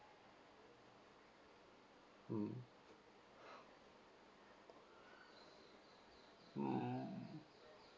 mm mm